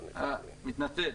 הנכסים.